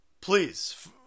please